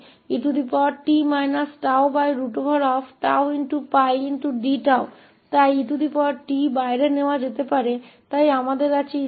इसका मतलब है कि 0tet 𝜏𝜏𝜋 d𝜏 इसलिए et को बाहर ले जाया जा सकता है इसलिए हमारे पास et𝜋 है